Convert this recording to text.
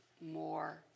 more